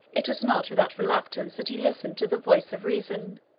it was not without reluctance that he listened to the voice of reason,